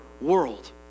world